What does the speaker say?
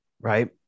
right